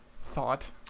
thought